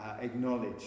acknowledge